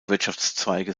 wirtschaftszweige